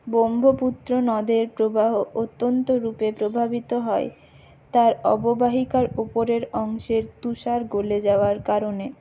ব্রহ্মপুত্র নদের প্রবাহ অত্যন্তরূপে প্রভাবিত হয় তার অববাহিকার উপরের অংশের তুষার গলে যাওয়ার কারণে